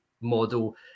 model